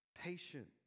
Patient